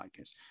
podcast